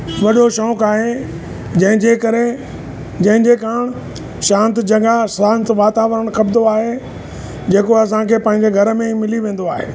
वॾो शौंक़ु आहे जंहिंजे करे जंहिंजे कारण शांत जॻह शांत वातावरणु खपंदो आहे जेको असांखे पंहिंजे घर में ई मिली वेंदो आहे